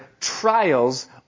trials